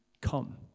Come